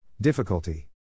Difficulty